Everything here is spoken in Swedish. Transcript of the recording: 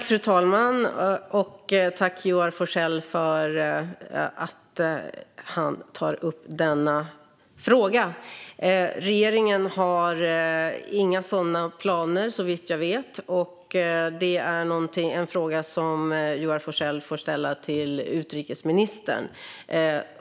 Fru talman! Jag vill tacka Joar Forssell för att han tar upp denna fråga. Regeringen har inga sådana planer såvitt jag vet. Det här är en fråga som Joar Forssell får ställa till utrikesministern.